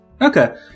Okay